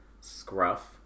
scruff